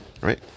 right